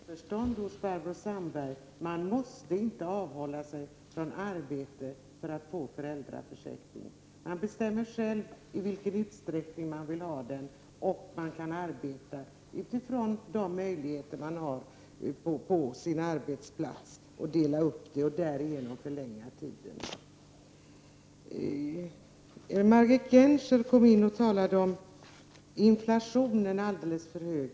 Herr talman! Låt mig först undanröja ett missförstånd hos Barbro Sandberg. Man måste inte avhålla sig från arbete för att få föräldraförsäkring. Man bestämmer själv i vilken utsträckning man vill ha den, och man kan arbeta utifrån de möjligheter man har på sin arbetsplats, dela upp det och därigenom förlänga tiden. Margit Gennser talade om att inflationen är alldeles för hög.